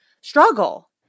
struggle